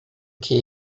que